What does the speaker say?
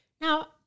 Now